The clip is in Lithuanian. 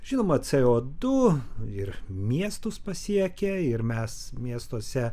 žinomacė o du ir miestus pasiekia ir mes miestuose